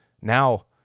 now